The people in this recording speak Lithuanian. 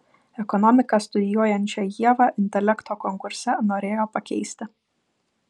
ekonomiką studijuojančią ievą intelekto konkurse norėjo pakeisti